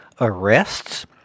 arrests